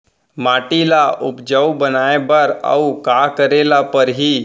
माटी ल उपजाऊ बनाए बर अऊ का करे बर परही?